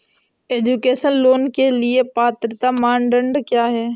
Education loan के लिए पात्रता मानदंड क्या है?